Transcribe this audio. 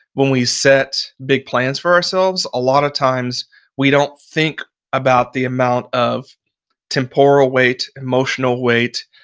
when we set big plans for ourselves, a lot of times we don't think about the amount of temporal weight, emotional weight,